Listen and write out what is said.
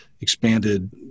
expanded